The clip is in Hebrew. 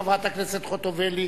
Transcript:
חברת הכנסת חוטובלי.